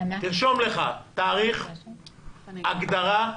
תרשום לך תאריך, הגדרה,